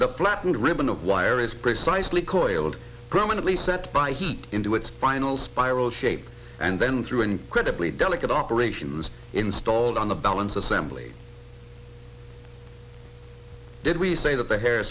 the flattened ribbon of wire is precisely coiled permanently set by heat into its final spiral shape and then through incredibly delicate operations installed on the balance assembly did we say that the hair